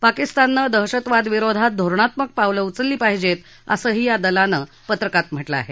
पाकिस्ताननं दहशतवादाविरोधात धोरणात्मक पावलं उचलली पाहिजेत असंही या दलानं पत्रकात म्हटलं आहे